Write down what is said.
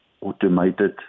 automated